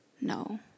No